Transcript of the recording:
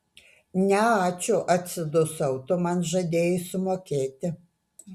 ne ačiū atsidusau tu man žadėjai sumokėti